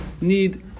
need